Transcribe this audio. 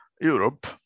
Europe